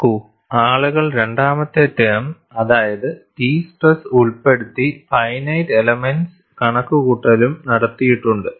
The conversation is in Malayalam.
നോക്കൂ ആളുകൾ രണ്ടാമത്തെ ടേം അതായത് T സ്ട്രെസ് ഉൾപ്പെടുത്തി ഫൈനൈറ്റ് എലെമെന്റ്സ് കണക്കുകൂട്ടലും നടത്തിയിട്ടുണ്ട്